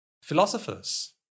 Philosophers